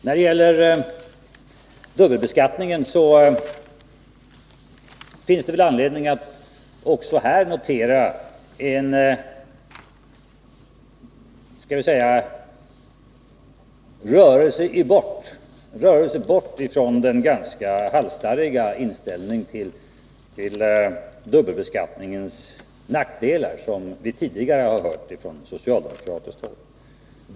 När det gäller dubbelbeskattningen finns det väl anledning att även här notera en rörelse bort från den ganska halsstarriga inställning till dubbelbeskattningens nackdelar som vi tidigare har märkt på socialdemokratiskt håll.